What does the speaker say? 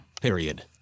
Period